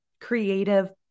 creative